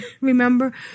remember